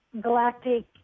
galactic